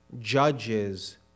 judges